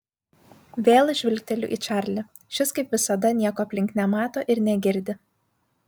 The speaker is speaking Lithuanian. vėl žvilgteliu į čarlį šis kaip visada nieko aplink nemato ir negirdi